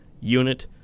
unit